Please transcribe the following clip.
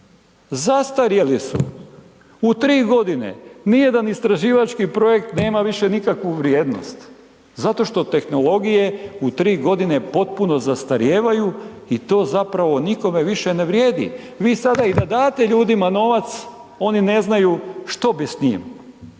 Zastarjeli su. U 3 godine nijedan istraživački projekt nema više nikakvu vrijednost. Zato što tehnologije u 3 godine potpuno zastarijevaju i to zapravo nikome više ne vrijedi. Vi sada i da date ljudima novac, oni ne znaju što bi s njim